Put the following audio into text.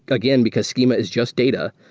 again, because schema is just data,